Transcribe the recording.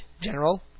General